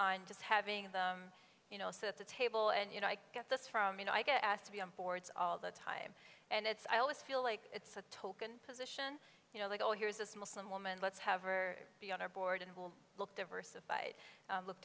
having them you know set the table and you know i get this from you know i get asked to be on boards all the time and it's i always feel like it's a token position you know they go here's this muslim woman let's have her be on our board and we'll look diversified